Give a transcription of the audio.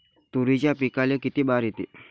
तुरीच्या पिकाले किती बार येते?